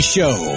Show